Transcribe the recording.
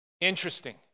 Interesting